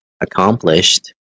accomplished